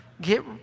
get